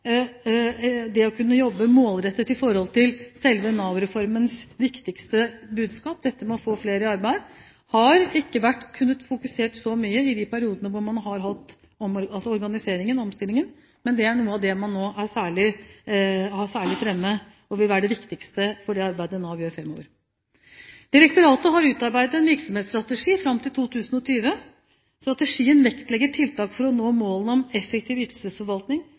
det å jobbe målrettet med selve Nav-reformens viktigste budskap, å få flere i arbeid – det har man ikke kunnet fokusere så mye på i de periodene hvor man har hatt organisering og omstilling – er noe av det man nå særlig har fremme. Det vil være det viktigste i det arbeidet Nav gjør framover. Direktoratet har utarbeidet en virksomhetsstrategi fram til 2020. Strategien vektlegger særlig tiltak for å nå målene om effektiv ytelsesforvaltning,